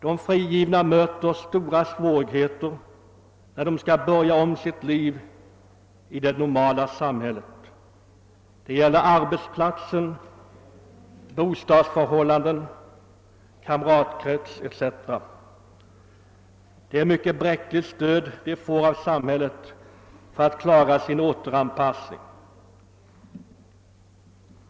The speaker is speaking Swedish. De frigivna möter stora svårigheter när de skall börja om sitt liv i det moderna samhället — det gäller arbetsplats, bostad, kamratkrets etc. De får ett mycket bräckligt stöd av samhället för att klara sin återanpassning.